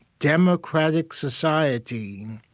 democratic society,